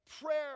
prayer